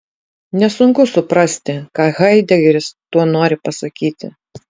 nesunku suprasti ką haidegeris tuo nori pasakyti